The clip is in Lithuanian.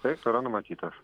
taip yra numatytas